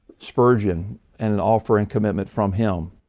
spurgeon, and an offer, and commitment from him.